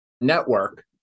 network